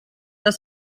dass